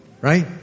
right